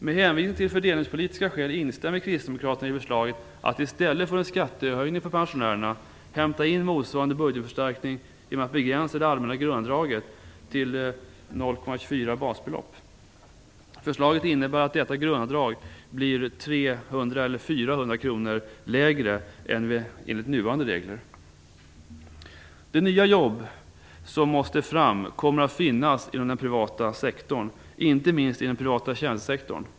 Med hänvisning till fördelningspolitiska skäl instämmer kristdemokraterna i förslaget att i stället för en skattehöjning för pensionärerna hämta in motsvarande budgetförstärkning genom att begränsa det allmänna grundavdraget till 0,24 basbelopp. Förslaget innebär att detta grundavdrag blir 300 eller 400 kr lägre än enligt nuvarande regler. De nya jobb som måste fram kommer att finnas inom den privata sektorn, inte minst inom den privata tjänstesektorn.